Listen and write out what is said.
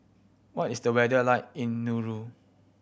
what is the weather like in Nauru